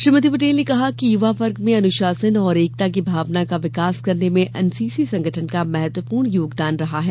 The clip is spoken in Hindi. श्रीमती पटेल ने कहा कि युवा वर्ग में अनुशासन और एकता की भावना का विकास करने में एनसीसी संगठन का महत्वपूर्ण योगदान रहा है